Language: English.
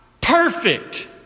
perfect